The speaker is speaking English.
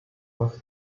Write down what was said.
was